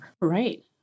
Right